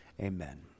amen